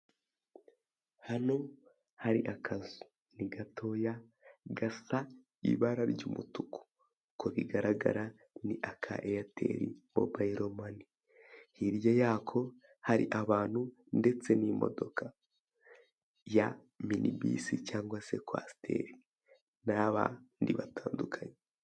Hano hari akazu ni gatoya gasa ibara ry'umutuku uko bigaragara ni aka Airtel mobile money hirya yako hari abantu ndetse n'imodoka ya minibus cyangwa se coaster naba nibatandukanye.